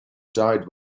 died